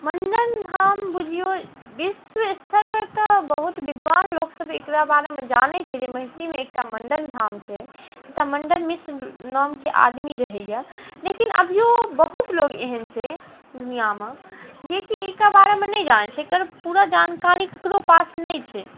मण्डन धाम बुझिऔ विश्व स्तरपर तऽ बहुत विद्वान लोकसब एकरा बारेमे जानै छै जे महिषीमे एकटा मण्डन धाम छै एतऽ मण्डन मिश्र नामके आदमी रहैए लेकिन अभिओ बहुत लोक एहन छै दुनिआमे जे कि एकर बारेमे नहि जानै छै एकर पूरा जानकारी ककरो पास नहि छै